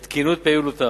את תקינות פעילותם,